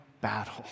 battle